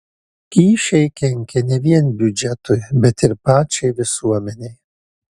kyšiai kenkia ne vien biudžetui bet ir pačiai visuomenei